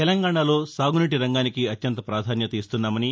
తెలంగాణలో సాగునీటి రంగానికి అత్యంత పాధాన్యత ఇస్తున్నామని